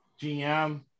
GM